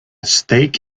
steak